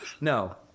No